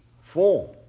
form